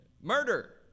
Murder